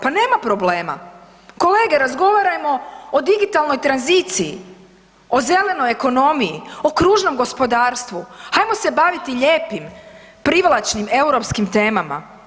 Pa nema problema, kolege razgovarajmo o digitalnoj tranziciji, o zelenoj ekonomiji, o kružnom gospodarstvu, hajmo se baviti lijepim, privlačnim europskim temama.